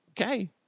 okay